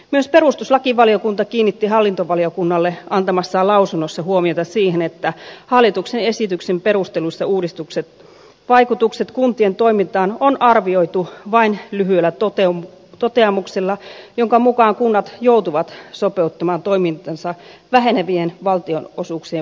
myös perustuslakivaliokunta kiinnitti hallintovaliokunnalle antamassaan lausunnossa huomiota siihen että hallituksen esityksen perusteluissa uudistuksen vaikutukset kuntien toimintaan on arvioitu vain lyhyellä toteamuksella jonka mukaan kunnat joutuvat sopeuttamaan toimintansa vähenevien valtionosuuksien vuoksi